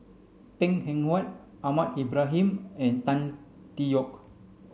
Png Eng Huat Ahmad Ibrahim and Tan Tee Yoke